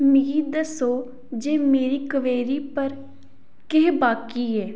मिगी दस्सो जे मेरी कवेरी पर केह् बाकी ऐ